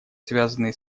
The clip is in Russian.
связанные